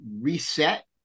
reset